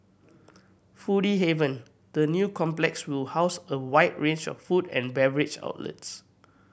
foodie haven the new complex will house a wide range of food and beverage outlets